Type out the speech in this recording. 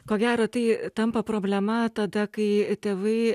ko gero tai tampa problema tada kai tėvai